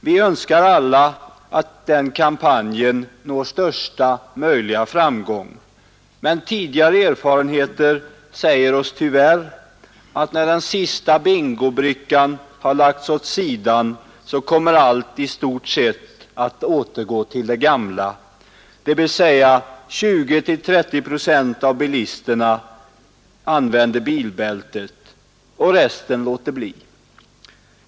Vi önskar alla att kampanjen når största möjliga framgång, men tidigare erfarenheter säger oss tyvärr, att när den sista bingobrickan har lagts åt sidan kommer allt i stort sett att återgå till det gamla, dvs. 20—30 procent av bilisterna använder bilbältet och resten låter bli.